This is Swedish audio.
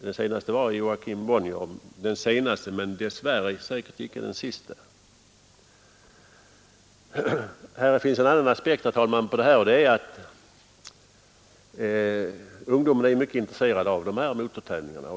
Den senaste — men dessvärre säkert icke den siste — var Joakim Bonnier. Det finns, herr talman, en annan aspekt på frågan, nämligen att ungdomen är mycket intresserad av de här motortävlingarna.